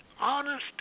honest